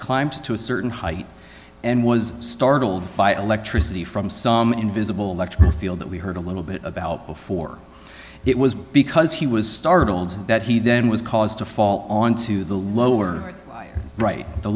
climbed to a certain height and was startled by electricity from some invisible electrical field that we heard a little bit about before it was because he was startled that he then was caused to fall onto the lower right the